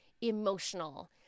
emotional